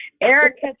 Erica